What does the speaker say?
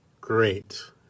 Great